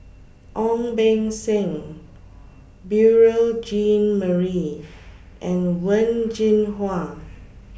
Ong Beng Seng Beurel Jean Marie and Wen Jinhua